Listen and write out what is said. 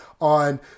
on